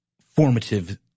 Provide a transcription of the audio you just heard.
formative